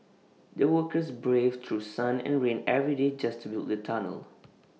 the workers braved through sun and rain every day just to build the tunnel